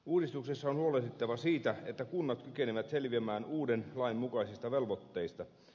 uudistuksessa on huolehdittava siitä että kunnat kykenevät selviämään uuden lain mukaisista velvoitteista